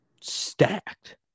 stacked